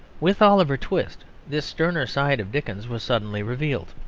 with oliver twist this sterner side of dickens was suddenly revealed.